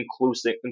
inclusive